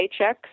paychecks